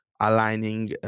aligning